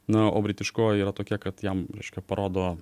na o britiškoji yra tokia kad jam reiškia parodo